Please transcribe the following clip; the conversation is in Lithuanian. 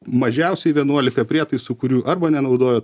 mažiausiai vienuolika prietaisų kurių arba nenaudojat